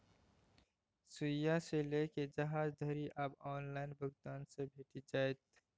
सुईया सँ लकए जहाज धरि आब ऑनलाइन भुगतान सँ भेटि जाइत